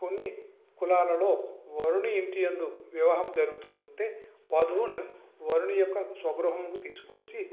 కొన్ని కులాలలో వరుని ఇంటి యందు వివాహం జరుగుతుంటే వధువును వరుణి యొక్క స్వగృహానికి తీసుకువచ్చి